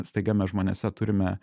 staiga mes žmonėse turime